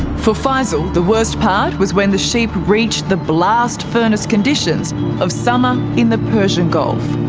for faisal, the worst part was when the sheep reached the blast furnace conditions of summer in the persian gulf.